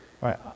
right